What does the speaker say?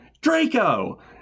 Draco